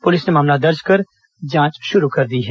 police ने मामला दर्ज कर जांच शुरू कर दी है